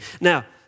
Now